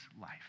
life